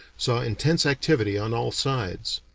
saw intense activity on all sides.